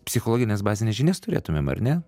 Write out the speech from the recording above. psichologines bazines žinias turėtumėm ar ne